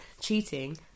cheating